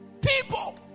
People